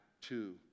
two